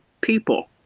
People